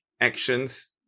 actions